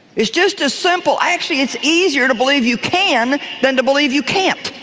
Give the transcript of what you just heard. it's just as simple, actually, it's easier to believe you can than to believe you can't.